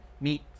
meet